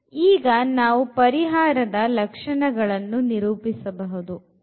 ಈಗ ನಾವು ಪರಿಹಾರದ ಲಕ್ಷಣಗಳನ್ನು ನಿರೂಪಿಸಬಹುದು